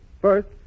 First